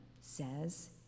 says